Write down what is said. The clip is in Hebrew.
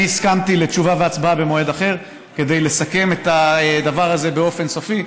אני הסכמתי לתשובה והצבעה במועד אחר כדי לסכם את הדבר הזה באופן סופי.